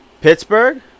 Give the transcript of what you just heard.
Pittsburgh